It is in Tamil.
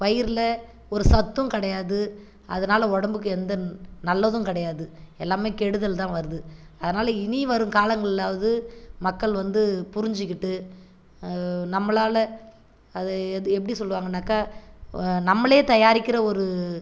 பயிரில் ஒரு சத்தும் கிடையாது அதனால் உடம்புக்கு எந்த நல்லதும் கிடையாது எல்லாமே கெடுதல் தான் வருது அதனால் இனி வரும் காலங்களாவது மக்கள் வந்து புரிஞ்சுக்கிட்டு நம்மளால் அது எது எப்படி சொல்லுவாங்கனாக்கா நம்மளே தயாரிக்கிற ஒரு